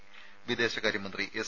രുമ വിദേശകാര്യമന്ത്രി എസ്